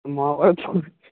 Mahabharata